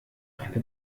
eine